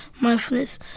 mindfulness